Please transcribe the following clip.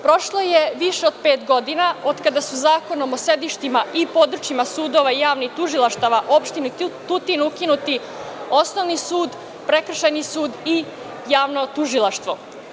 Prošlo je više od pet godina od kada su, Zakonom o sedištima i područjima sudova javnih tužilaštava, opštini Tutin ukinuti Osnovni sud, Prekršajni sud i Javno tužilaštvo.